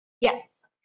yes